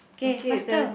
okay faster